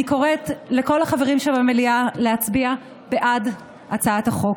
אני קוראת לכל החברים שבמליאה להצביע בעד הצעת החוק.